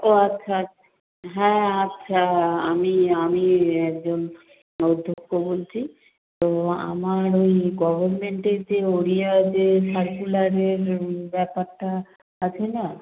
ও আচ্ছা হ্যাঁ আচ্ছা আমি আমি একজন অধ্যক্ষ বলছি তো আমার ওই গভর্মেন্টের যে ওড়িয়া যে সারকুলারের ব্যাপারটা আছে না